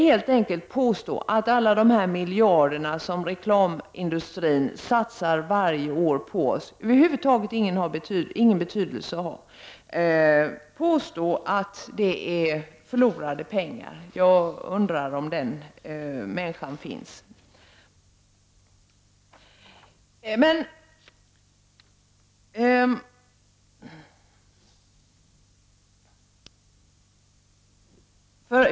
Alla de miljarder som reklamindustrin satsar varje år på oss har över huvud taget ingen betydelse. Det är förlorade pengar.” Jag undrar om den människan finns.